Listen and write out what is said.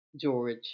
George